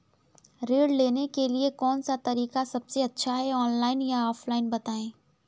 ऋण लेने के लिए कौन सा तरीका सबसे अच्छा है ऑनलाइन या ऑफलाइन बताएँ?